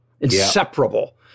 inseparable